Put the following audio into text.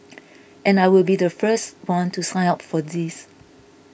and I will be the first one to sign up for these